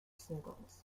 singles